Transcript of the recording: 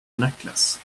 necklace